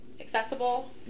accessible